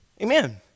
Amen